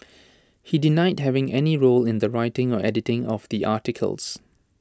he denied having any role in the writing or editing of the articles